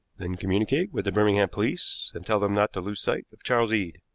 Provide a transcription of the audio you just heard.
then communicate with the birmingham police, and tell them not to lose sight of charles eade,